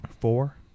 four